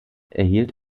erhielt